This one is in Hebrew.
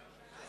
חוק